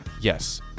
Yes